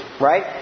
right